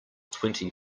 twenty